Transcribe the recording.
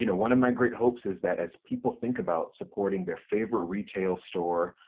you know one of my great hopes is that as people think about supporting their favorite retail store,